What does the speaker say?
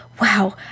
Wow